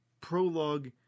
prologue